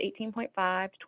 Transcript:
18.5